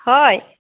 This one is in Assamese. হয়